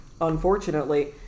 unfortunately